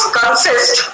consist